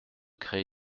créer